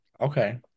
Okay